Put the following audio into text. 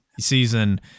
season